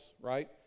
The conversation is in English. right